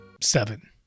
seven